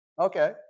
okay